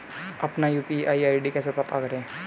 अपना UPI ID कैसे पता करें?